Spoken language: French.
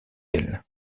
elle